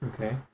Okay